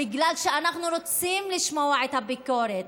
בגלל שאנחנו רוצים לשמוע את הביקורת,